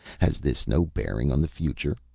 has this no bearing on the future?